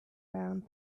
round